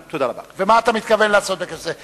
ומה אתה מתכוון לעשות בקשר לזה?